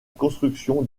construction